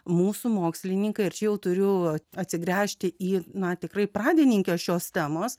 mūsų mokslininkai arčiau turiu atsigręžti į na tikrai pradininkę šios temos